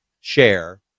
share